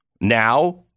now